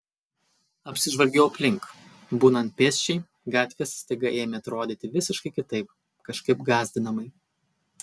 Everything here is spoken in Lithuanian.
apsižvalgiau aplink būnant pėsčiai gatvės staiga ėmė atrodyti visiškai kitaip kažkaip gąsdinamai